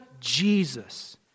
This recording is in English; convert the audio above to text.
Jesus